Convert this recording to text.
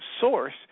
Source